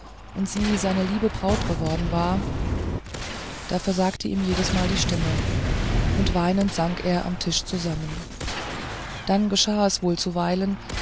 und sie seine liebe braut geworden war da versagte ihm jedesmal die stimme und weinend sank er am tisch zusammen dann geschah es wohl zuweilen